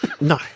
No